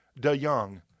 DeYoung